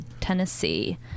Tennessee